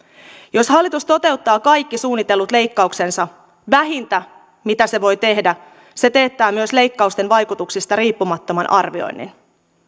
jos hallitus toteuttaa kaikki suunnitellut leikkauksensa vähintä mitä se voi tehdä se teettää myös leikkausten vaikutuksista riippumattoman arvioinnin